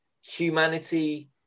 humanity